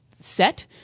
set